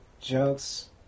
jokes